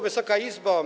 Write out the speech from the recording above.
Wysoka Izbo!